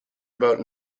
about